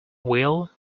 will